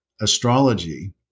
astrology